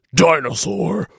dinosaur